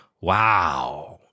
Wow